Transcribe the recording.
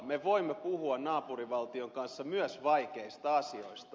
me voimme puhua naapurivaltion kanssa myös vaikeista asioista